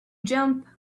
jump